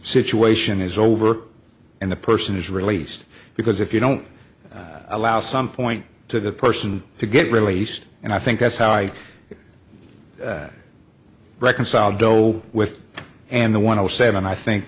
situation is over and the person is released because if you don't allow some point to the person to get released and i think that's how i reconciled though with and the one i was seven i think